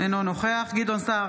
אינו נוכח גדעון סער,